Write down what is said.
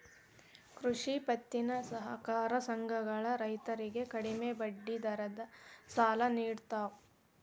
ಕೃಷಿ ಪತ್ತಿನ ಸಹಕಾರ ಸಂಘಗಳ ರೈತರಿಗೆ ಕಡಿಮೆ ಬಡ್ಡಿ ದರದ ಸಾಲ ನಿಡುತ್ತವೆ